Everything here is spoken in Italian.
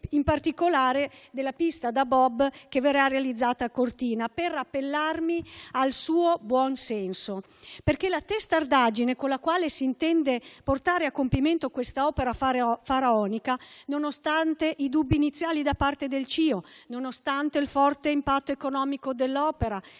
in particolare, della pista da bob che verrà realizzata a Cortina, per appellarmi al suo buonsenso. La testardaggine con la quale si intende portare a compimento questa opera faraonica, nonostante i dubbi iniziali da parte del CIO; nonostante il forte impatto economico dell'opera,